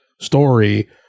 story